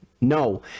No